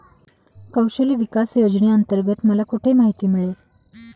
कौशल्य विकास योजनेअंतर्गत मला कुठे माहिती मिळेल?